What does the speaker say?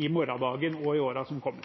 i morgendagen og i årene som